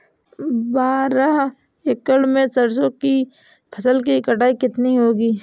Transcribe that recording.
बारह एकड़ में सरसों की फसल की कटाई कितनी होगी?